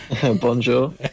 Bonjour